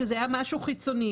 שזה היה משהו חיצוני,